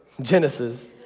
Genesis